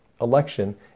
election